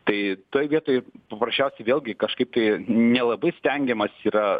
tai toj vietoj paprasčiausiai vėlgi kažkaip tai nelabai stengiamasi yra